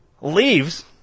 leaves